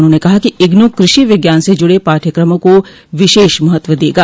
उन्होंने कहा कि इग्न् कृषि विज्ञान से जुड पाठ़यक्रमों को विशेष महत्व देगा